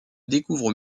découvrent